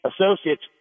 associates